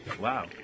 Wow